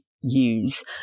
use